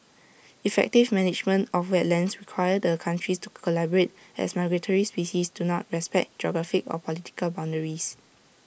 effective management of wetlands requires the countries to collaborate as migratory species do not respect geographic or political boundaries